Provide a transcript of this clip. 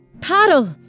Paddle